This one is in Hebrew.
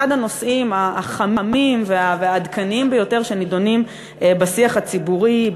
אחד הנושאים החמים והעדכניים ביותר שנדונים בשיח הציבורי,